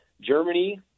Germany